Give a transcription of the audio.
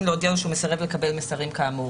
להודיע לו שהוא מסרב לקבל מסרים כאמור.